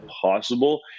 possible